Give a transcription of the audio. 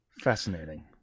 Fascinating